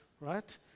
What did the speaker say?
right